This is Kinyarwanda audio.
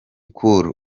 cool